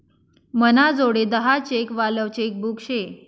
मनाजोडे दहा चेक वालं चेकबुक शे